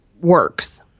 works